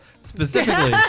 specifically